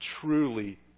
truly